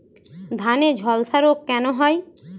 ধানে ঝলসা রোগ কেন হয়?